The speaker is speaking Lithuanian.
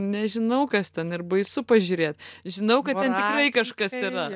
nežinau kas ten ir baisu pažiūrėt žinau kad ten tikrai kažkas yra